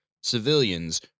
civilians